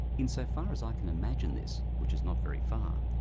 in so far as i can imagine this which is not very far,